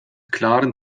klaren